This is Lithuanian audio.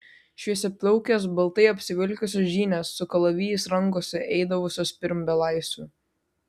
šviesiaplaukės baltai apsivilkusios žynės su kalavijais rankose eidavusios pirm belaisvių